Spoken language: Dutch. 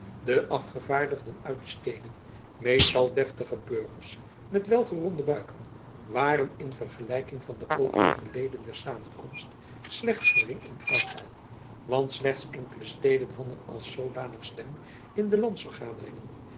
de afgevaardigden uit de steden meestal deftige burgers met welgeronde buiken waren in vergelijking van de overige leden der samenkomst slechts gering in aantal want slechts enkele steden hadden als zoodanig stem in de